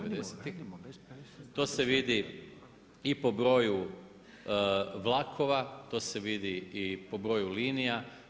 To se vidi i po broju vlakova, to se vidi i po broju linija.